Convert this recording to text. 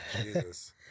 Jesus